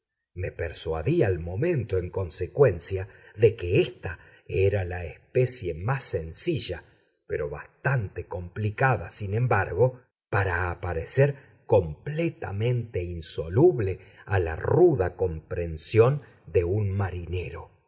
me persuadí al momento en consecuencia de que ésta era de la especie más sencilla pero bastante complicada sin embargo para aparecer completamente insoluble a la ruda comprensión de un marinero